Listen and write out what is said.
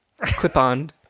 clip-on